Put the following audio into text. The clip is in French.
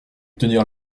obtenir